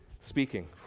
speaking